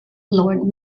lord